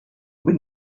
been